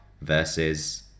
versus